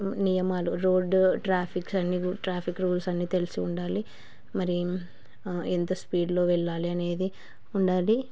నియమాలు రోడ్డు ట్రాఫిక్ అన్ని ట్రాఫిక్ రూల్స్ అన్ని తెలిసి ఉండాలి మరి ఎంత స్పీడ్లో వెళ్ళాలి అనేది ఉండాలి